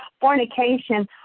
Fornication